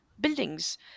buildings